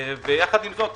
יחד עם זאת,